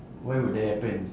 why would that happen